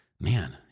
man